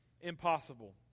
impossible